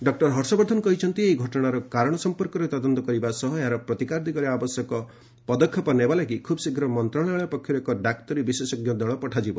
doctor Harshvardhan କହିଛନ୍ତି ଏହି ଘଟଣାର କାରଣ ସଂପର୍କରେ ତଦନ୍ତ କରିବା ସହ ଏହାର ପ୍ରତିକାର ଦିଗରେ ଆବଶ୍ୟକ ପଦକ୍ଷେପ ନେବା ଲାଗି ଖୁବ୍ ଶୀଘ୍ର ମନ୍ତ୍ରଣାଳୟ ପକ୍ଷରୁ ଏକ ଡାକ୍ତରୀ ବିଶେଷଜ୍ଞ ଦଳ ପଠାଯିବ